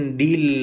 deal